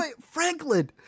Franklin